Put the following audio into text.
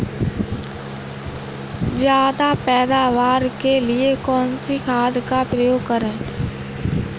ज्यादा पैदावार के लिए कौन सी खाद का प्रयोग करें?